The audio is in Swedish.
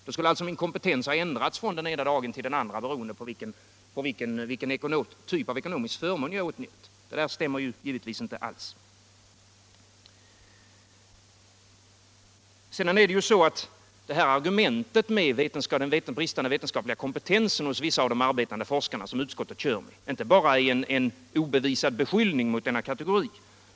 Min kompetens skulle alltså ha ändrats från den ena dagen till den andra, beroende på vilken typ av ekonomisk förmån som jag åtnjöt. Det där stämmer givetvis inte alls med verkligheten. Vidare är argumentet om den bristande vetenskapliga kompetensen hos vissa av de arbetande forskarna, som utskottet åberopar, inte bara en obevisad beskyllning mot denna kategori.